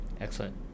Excellent